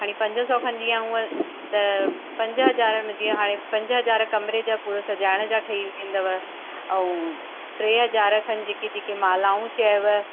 हाणे पंज सौ खनि जीअं हुअं त पंज हज़ार में जीअं हाणे पंज हज़ार कमरे जा पूरो सजाइण जा ठही वेंदव ऐं टे हज़ार खनि जेकी जेकी मालाऊं चयंव